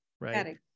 right